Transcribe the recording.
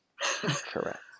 Correct